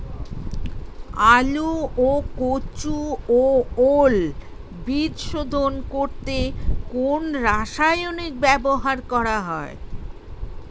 আলু ও কচু ও ওল বীজ শোধন করতে কোন রাসায়নিক ব্যবহার করা হয়?